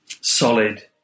solid